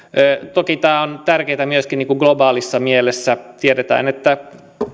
toki tämä on tärkeätä myöskin globaalissa mielessä tiedetään että